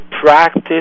practice